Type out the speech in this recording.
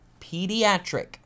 pediatric